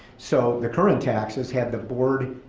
so the current taxes had the board